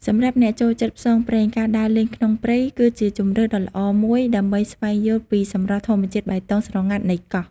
សម្រាប់អ្នកចូលចិត្តផ្សងព្រេង ការដើរលេងក្នុងព្រៃ គឺជាជម្រើសដ៏ល្អមួយដើម្បីស្វែងយល់ពីសម្រស់ធម្មជាតិបៃតងស្រងាត់នៃកោះ។